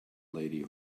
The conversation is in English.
lady